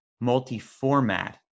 multi-format